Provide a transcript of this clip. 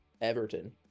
Everton